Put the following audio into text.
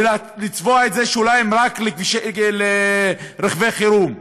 לצבוע את השוליים רק לרכבי חירום,